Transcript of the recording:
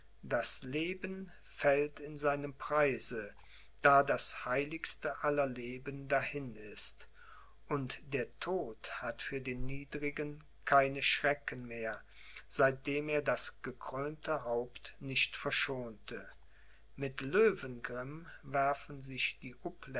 das leben fällt in seinem preise da das heiligste aller leben dahin ist und der tod hat für den niedrigen keine schrecken mehr seitdem er das gekrönte haupt nicht verschonte mit löwengrimm werfen sich die